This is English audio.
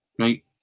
right